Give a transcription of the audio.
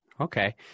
Okay